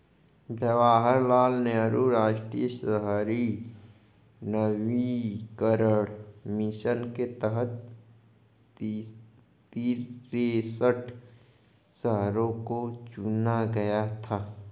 जवाहर लाल नेहरू राष्ट्रीय शहरी नवीकरण मिशन के तहत तिरेसठ शहरों को चुना गया था